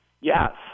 Yes